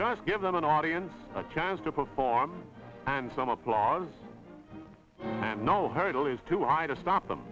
just give them an audience a chance to perform and some applause no hurdle is to either stop them